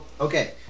Okay